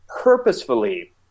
purposefully